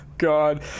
god